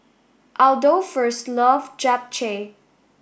Adolphus love Japchae